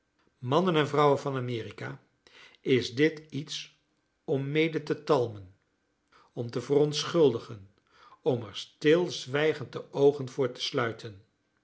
mannen en vrouwen van amerika is dit iets om mede te talmen om te verontschuldigen om er stilzwijgend de oogen voor te sluiten